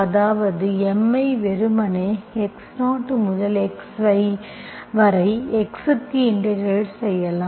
அதாவது M ஐ வெறுமனே x0 முதல் x வரை x க்கு இன்டெகிரெட் செய்யலாம்